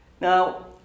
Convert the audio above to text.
Now